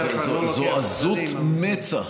זו עזות מצח.